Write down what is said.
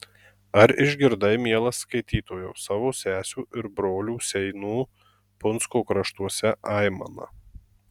ar išgirdai mielas skaitytojau savo sesių ir brolių seinų punsko kraštuose aimaną